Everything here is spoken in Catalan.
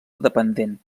dependent